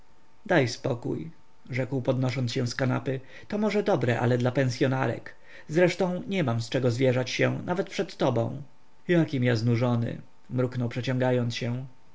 daj spokój rzekł podnosząc się z kanapy to może dobre ale dla pensyonarek ja zresztą nie mam z czego zwierzać się nawet przed tobą jakim ja znużony mruknął przeciągając się